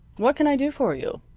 what can i do for you?